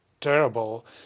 terrible